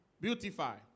beautify